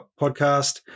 podcast